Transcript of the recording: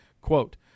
Quote